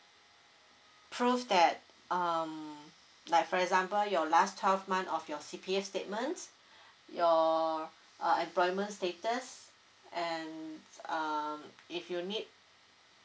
prove that um like for example your last half month of your C_P_F statements your uh employment status and uh if you need